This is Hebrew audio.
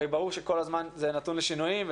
ברור שכל הזמן זה נתון לשינויים,